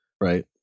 right